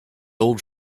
old